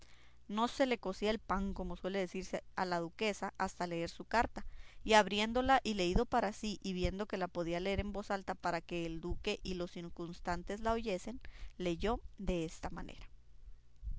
no se le cocía el pan como suele decirse a la duquesa hasta leer su carta y abriéndola y leído para sí y viendo que la podía leer en voz alta para que el duque y los circunstantes la oyesen leyó desta manera